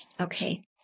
Okay